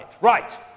Right